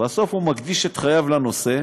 ובסוף הוא מקדיש את חייו לנושא,